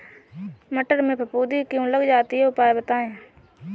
मटर में फफूंदी क्यो लग जाती है उपाय बताएं?